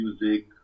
music